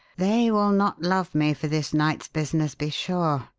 they will not love me for this night's business, be sure.